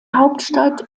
hauptstadt